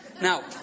Now